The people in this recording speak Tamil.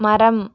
மரம்